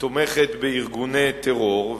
שתומכת בארגוני טרור,